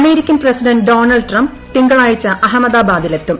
American president Donald Trump തിങ്കളാഴ്ച അഹമ്മദാബാദിലെത്തും